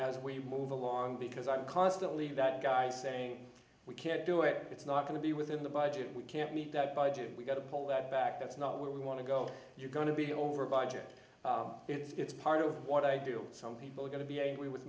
as we move along because i'm constantly that guy saying we can't do it it's not going to be within the budget we can't meet that budget we've got to pull that back that's not where we want to go you're going to be over by jet it's part of what i do some people are going to be a with